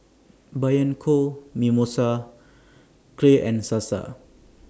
Bianco Mimosa Clear and Sasa